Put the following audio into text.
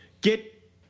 get